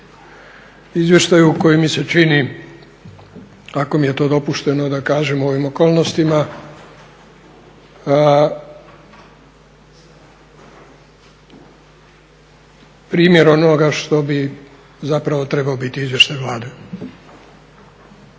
izvještaju koji mi se čini ako mi je to dopušteno da kažem u ovim okolnostima, primjer onoga što bi zapravo trebao biti izvještaj Vlade.